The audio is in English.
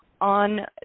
on